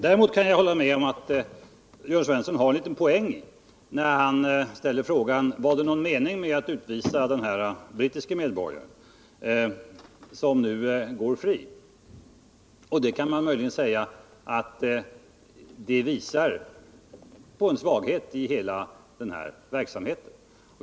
Däremot har Jörn Svensson en liten poäng när han ställer frågan: Var det någon mening med att utvisa den aktuelle brittiske medborgaren, som nu går fri? Detta visar naturligtvis på en svaghet i förfarandet.